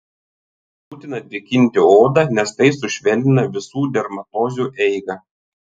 būtina drėkinti odą nes tai sušvelnina visų dermatozių eigą